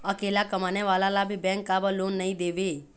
अकेला कमाने वाला ला भी बैंक काबर लोन नहीं देवे?